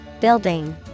building